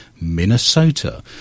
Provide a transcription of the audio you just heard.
minnesota